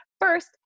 First